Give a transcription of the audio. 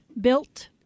Built